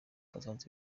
patient